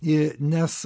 i nes